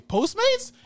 Postmates